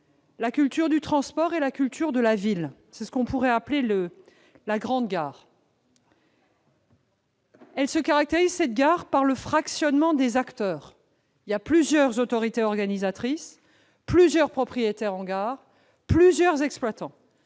la culture du transport et la culture de la ville. C'est ce que l'on pourrait appeler la « grande gare ». Cette gare se caractérise par le fractionnement des acteurs : plusieurs autorités organisatrices, plusieurs propriétaires en gare, plusieurs exploitants.